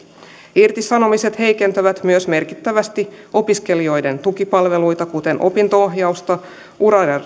irtisanomiset heikentävät myös merkittävästi opiskelijoiden tukipalveluita kuten opinto ohjausta ura